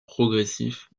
progressif